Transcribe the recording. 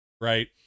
right